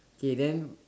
okay then